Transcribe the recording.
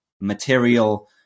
material